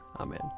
Amen